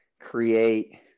create